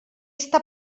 està